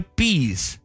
peace